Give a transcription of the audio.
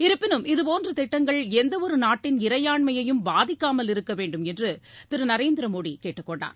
இருப்பினும் இதுபோன்ற திட்டங்கள் எந்தவொரு நாட்டின் இறையாண்மையையும் பாதிக்காமல் இருக்க வேண்டும் என்று திரு நரேந்திரமோடி கேட்டுக் கொண்டார்